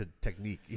technique